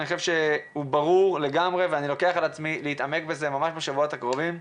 ברור לגמרי ואני לוקח על עצמי להתעמק בזה בשבועות הקרובים,